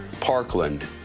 Parkland